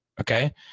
okay